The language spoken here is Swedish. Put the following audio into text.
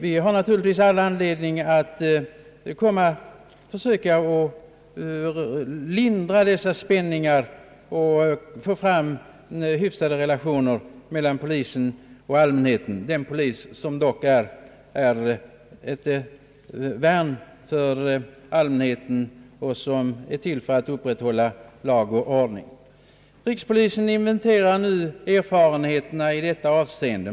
Vi har naturligtvis all anledning att försöka lindra dessa spänningar och att få till stånd hyfsade relationer mellan allmänhet och polis, den polis som dock är ett värn för allmänheten och som är till för att upprätthålla lag och ordning. Rikspolisstyrelsen inventerar = för närvarande erfarenheterna i detta avseende.